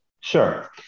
Sure